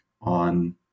on